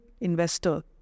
investor